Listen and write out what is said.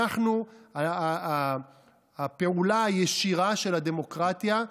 אנחנו הפעולה הישירה של הדמוקרטיה,